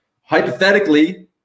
hypothetically